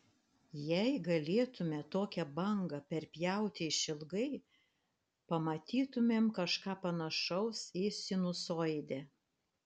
jei galėtumėme tokią bangą perpjauti išilgai pamatytumėm kažką panašaus į sinusoidę